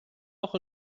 auch